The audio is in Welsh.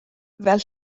fel